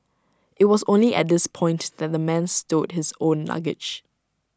IT was only at this point that the man stowed his own luggage